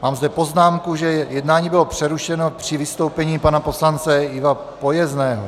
Mám zde poznámku, že jednání bylo přerušeno při vystoupení pana poslance Iva Pojezného.